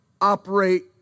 operate